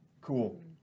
Cool